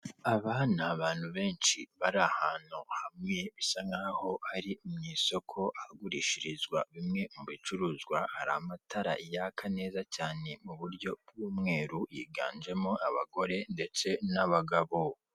Aba ni abantu benshi bari ahantu hamwe bisa nk'aho ari mu isoko, hagurishirizwa bimwe mu bicuruzwa, hari amatara yaka neza cyane mu buryo bw'umweru yiganjemo abagore ndetse n'abagabo.